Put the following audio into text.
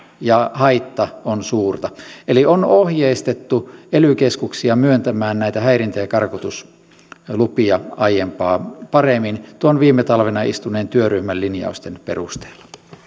ja haitta ovat suuria on ohjeistettu ely keskuksia myöntämään näitä häirintä ja karkotuslupia aiempaa paremmin tuon viime talvena istuneen työryhmän linjausten perusteella